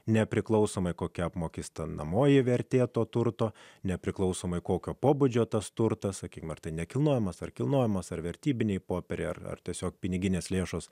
nepriklausomai kokia apmokestinamoji vertė to turto nepriklausomai kokio pobūdžio tas turtas akimirkai nekilnojamas ar kilnojamas ar vertybiniai popieriai ar tiesiog piniginės lėšos